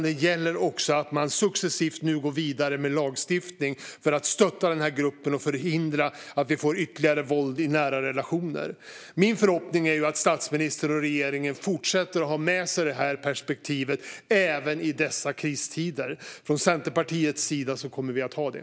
Det gäller också att nu också successivt gå vidare med lagstiftning för att stötta gruppen och förhindra att vi får ytterligare våld i nära relationer. Min förhoppning är att statsministern och regeringen också i fortsättning har med sig detta perspektiv, även i dessa kristider. Vi i Centerpartiet kommer att ha det.